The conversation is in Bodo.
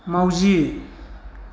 माउजि